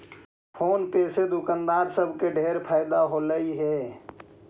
phone पे से दुकानदार सब के ढेर फएदा होलई हे